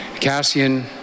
Cassian